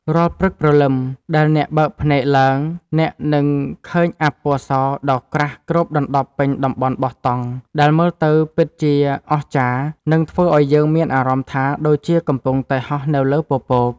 រាល់ព្រឹកព្រលឹមដែលអ្នកបើកភ្នែកឡើងអ្នកនឹងឃើញអ័ព្ទពណ៌សដ៏ក្រាស់គ្របដណ្ដប់ពេញតំបន់បោះតង់ដែលមើលទៅពិតជាអស្ចារ្យ និង ធ្វើឱ្យយើងមានអារម្មណ៍ថាដូចជាកំពុងតែហោះនៅលើពពក។